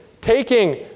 taking